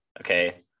Okay